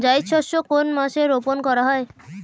জায়িদ শস্য কোন মাসে রোপণ করা হয়?